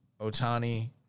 Otani